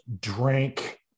drank